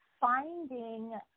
finding